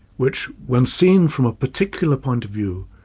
which when seen from a particular point of view,